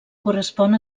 correspon